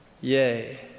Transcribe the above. Yea